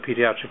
pediatric